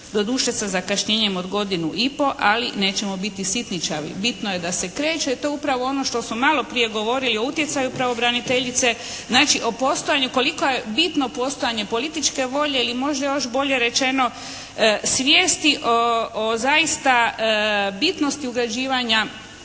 Doduše sa zakašnjenjem od godinu i po ali nećemo biti sitničavi. Bitno je da se kreće. To je upravo ono što smo malo prije govorili o utjecaju pravobraniteljice. Znači o postojanju, koliko je bitno postojanje političke volje ili možda još bolje rečeno svijesti o zaista bitnosti ugrađivanja